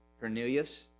Cornelius